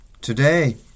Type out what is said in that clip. today